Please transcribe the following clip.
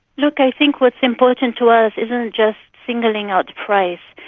look, i think what's important to us isn't just singling out price,